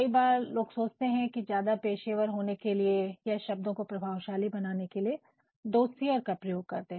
कई बार लोग सोचते हैं कि ज्यादा पेशेवर होने के लिए या शब्दों को प्रभावशाली बनाने के लिए वह डोसियर का प्रयोग करते हैं